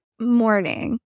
morning